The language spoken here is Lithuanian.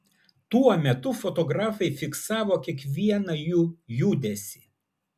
tuo metu fotografai fiksavo kiekvieną jų judesį